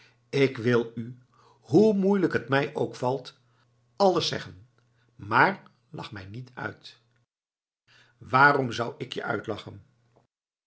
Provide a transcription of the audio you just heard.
ik wil u hoe moeielijk t mij ook valt alles zeggen maar lach mij niet uit waarom zou ik je uitlachen